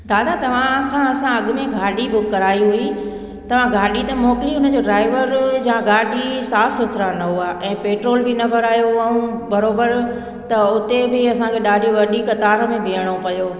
दादा तव्हांखां असां अॻ में गाॾी बुक कराई हुई तव्हां गाॾी त मोकिली उन जो ड्राइवर या गाॾी साफ़ सुथिरा न हुआ ऐं पेट्रोल बि न भरायो हुयूं बरोबर त उते बि असांखे ॾाढी वॾी कतार में बिहणो पियो